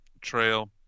trail